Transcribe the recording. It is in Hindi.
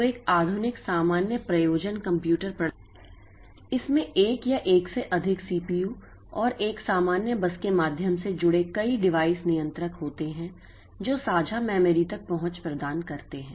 तो एक आधुनिक सामान्य प्रयोजन कंप्यूटर प्रणाली इसमें एक या एक से अधिक CPU और एक सामान्य बस के माध्यम से जुड़े कई डिवाइस नियंत्रक होते हैं जो साझा मेमोरी तक पहुंच प्रदान करते हैं